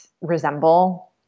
resemble